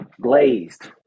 glazed